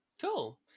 Cool